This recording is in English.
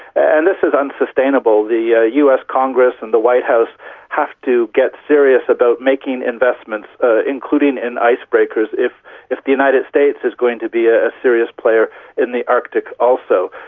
and this is unsustainable. the ah us congress and the white house have to get serious about making investments, including in icebreakers, if if the united states is going to be a serious player in the arctic also.